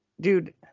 dude